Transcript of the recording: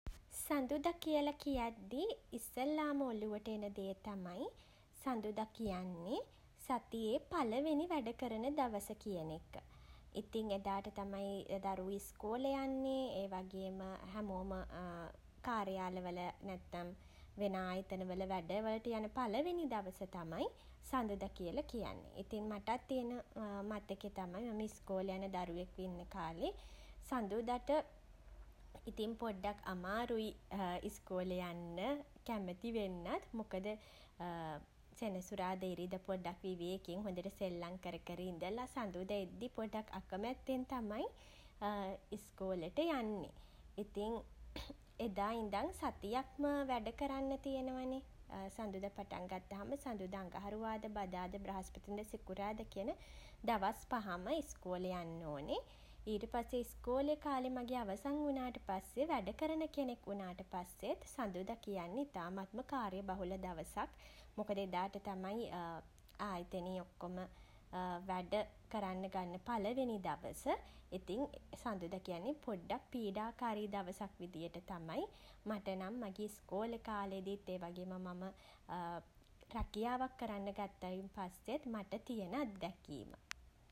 සඳුදා කියලා කියද්දී ඉස්සෙල්ලාම ඔලුවට එන දේ තමයි සඳුදා කියන්නේ සතියේ පළවෙනි වැඩකරන දවස කියන එක. ඉතින් එදාට තමයි දරුවෝ ඉස්කෝලේ යන්නේ. ඒ වගේම හැමෝම කාර්යාලවල නැත්නම් වෙන ආයතනවල වැඩ වලට යන පළවෙනි දවස තමයි සඳුදා කියලා කියන්නේ. ඉතින් මටත් තියෙන මතකේ තමයි මම ඉස්කෝලෙ යන දරුවෙක් ඉන්න කාලෙ සඳුදාට ඉතින් පොඩ්ඩක් අමාරුයි ඉස්කෝලේ යන්න කැමති වෙන්නත්. මොකද සෙනසුරාදා ඉරිදා පොඩ්ඩක් විවේකෙන් හොඳට සෙල්ලම් කරකර ඉඳලා සඳුදා එද්දි පොඩ්ඩක් අකමැත්තෙන් තමයි ඉස්කෝලෙට යන්නෙ. ඉතින් එදා ඉඳන් සතියක්ම වැඩ කරන්න තියෙනවනෙ සඳුදා පටන් ගත්තහම සඳුදා අඟහරුවාදා බදාදා බ්‍රහස්පතින්දා සිකුරාදා කියන දවස් පහම ඉස්කෝලෙ යන්න ඕනෙ. ඊට පස්සෙ ඉස්කෝලෙ කාලෙ මගේ අවසන් වුණාට පස්සේ වැඩ කරන කෙනෙක් වුණාට පස්සෙත් සඳුදා කියන්නේ ඉතාමත්ම කාර්යබහුල දවසක්. මොකද එදාට තමයි ආයතනයේ ඔක්කොම වැඩ කරන්න ගන්න පළවෙනි දවස. ඉතින් සඳුදා කියන්නේ පොඩ්ඩක් පීඩාකාරී දවසක් විදියට තමයි මට නම් මගේ ඉස්කෝලෙ කාලෙදිත් ඒ වගේම මම රැකියාවක් කරන්න ගත්තයින් පස්සෙත් මට තියෙන අත්දැකීම.